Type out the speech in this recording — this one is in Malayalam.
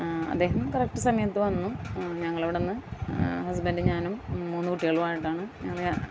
അദ്ദേഹം കറക്റ്റ് സമയത്ത് വന്ന് ഞങ്ങൾ അവിടുന്ന് ഹസ്ബൻറ്റും ഞാനും മൂന്ന് കുട്ടികളുമായിട്ടാണ് ഞങ്ങൾ